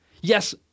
Yes